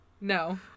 No